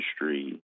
industry